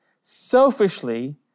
selfishly